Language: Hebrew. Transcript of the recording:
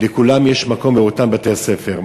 לכולם יש מקום באותם בתי-ספר.